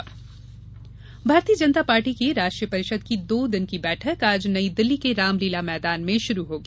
राष्ट्रीय परिषद बैठक भारतीय जनता पार्टी की राष्ट्रीय परिषद की दो दिन की बैठक आज नई दिल्ली के रामलीला मैदान में शुरू होगी